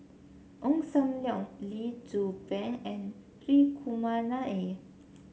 Ong Sam Leong Lee Tzu Pheng and Hri Kumar Nair